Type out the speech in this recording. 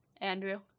Andrew